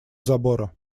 забора